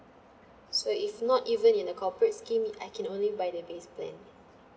so if not even in the corporate scheme I can only buy the base plan